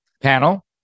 panel